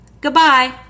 Goodbye